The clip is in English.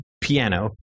piano